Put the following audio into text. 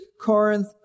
Corinth-